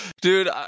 dude